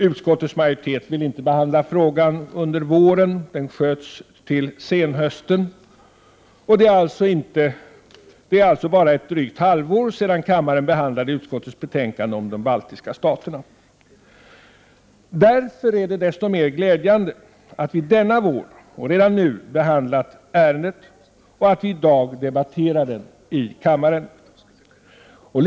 Utskottets majoritet ville inte behandla frågan under våren, utan den skjöts upp till senhösten. Det är alltså bara ett drygt halvår sedan kammaren behandlade utskottets betänkande om de baltiska staterna. Därför är det desto mer glädjande att vi redan nu denna vår behandlar ärendet och att vi i dag debatterar betänkandet i detta ämne i kammaren.